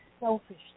selfish